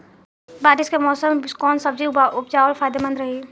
बारिश के मौषम मे कौन सब्जी उपजावल फायदेमंद रही?